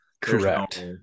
Correct